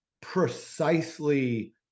precisely